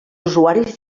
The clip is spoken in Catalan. usuaris